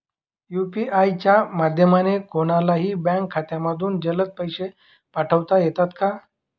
UPI च्या माध्यमाने कोणलाही बँक खात्यामधून जलद पैसे पाठवता येतात का?